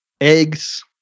eggs